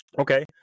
Okay